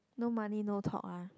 no money no talk ah